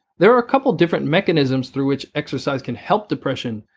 there are a couple different mechanisms through which exercise can help depression,